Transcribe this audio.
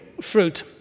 fruit